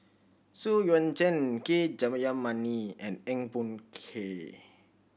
Xu Yuan Zhen K Jayamani and Eng Boh Kee